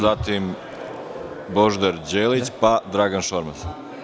Zatim Božidar Delić, pa Dragan Šormaz.